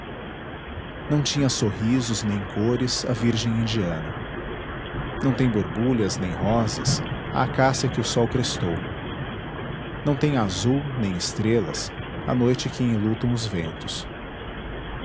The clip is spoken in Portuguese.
não tinha sorrisos nem cores a virgem indiana não tem borbulhas nem rosas a acácia que o sol crestou não tem azul nem estrelas a noite que enlutam os ventos